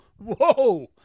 Whoa